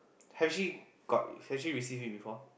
have she got have she receive him before